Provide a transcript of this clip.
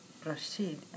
proceed